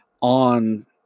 on